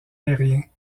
aériens